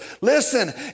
Listen